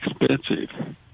expensive